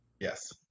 Yes